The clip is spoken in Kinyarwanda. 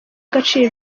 agaciro